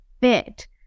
fit